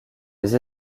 les